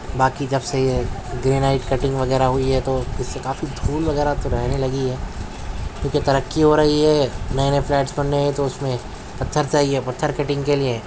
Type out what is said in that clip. باقی جب سے یہ گرینائڈ کٹنگ وغیرہ ہوئی تو اس سے کافی دھول وغیرہ تو رہنے لگی ہے کیونکہ ترقی ہو رہی ہے نئے نئے فلیٹس بن رہے ہیں تو اس میں پتھر چاہیے پتھر کلنگ کے لیے